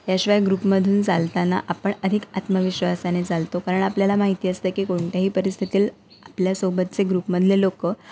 याशिवाय ग्रुपमधून चालताना आपण अधिक आत्मविश्वासाने चालतो कारण आपल्याला माहिती असतं की कोणत्याही परिस्थितील आपल्यासोबतचे ग्रुपमधले लोक